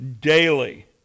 daily